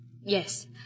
Yes